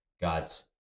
God's